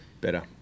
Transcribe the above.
Better